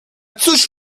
cóż